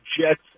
Jets